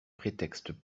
prétextes